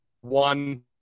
one